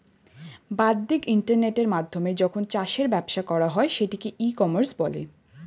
বাদ্দিক ইন্টারনেটের মাধ্যমে যখন চাষের ব্যবসা করা হয় সেটাকে ই কমার্স বলে